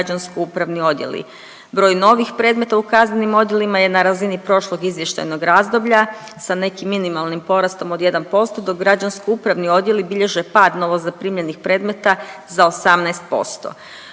kraju izvještajnog razdoblja